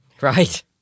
Right